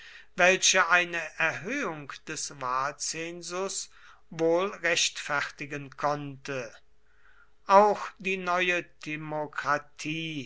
welche eine erhöhung des wahlzensus wohl rechtfertigen konnte auch die neue timokratie